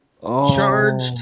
charged